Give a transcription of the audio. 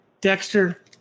Dexter